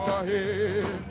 ahead